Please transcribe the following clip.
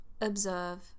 observe